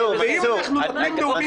ואם אנחנו מביאים דעות